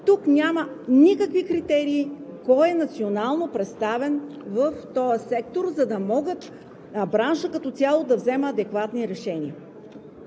тук няма никакви критерии кой е национално представен в този сектор, за да може браншът като цяло да взема адекватни решения.